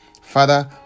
Father